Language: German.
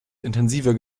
intensiver